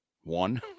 One